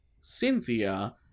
Cynthia